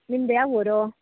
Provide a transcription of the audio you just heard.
ನಿಮ್ದು ಯಾವ ಊರು